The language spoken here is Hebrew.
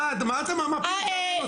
מה אתה מפיל את זה עלינו?